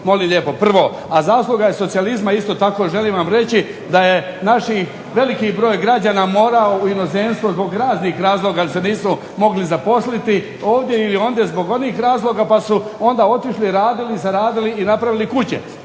molim lijepo. Prvo, a zasluga je socijalizma isto tako želim vam reći da je naš veliki broj građana morao u inozemstvo zbog raznih razloga jer se nisu mogli zaposliti ovdje ili ondje zbog onih razloga, pa su onda otišli, radili, zaradili i napravili kuće.